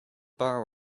bar